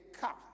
car